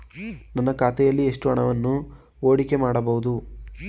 ನನ್ನ ಖಾತೆಯಲ್ಲಿ ಎಷ್ಟು ಹಣವನ್ನು ಹೂಡಿಕೆ ಮಾಡಬಹುದು?